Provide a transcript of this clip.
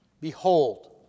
Behold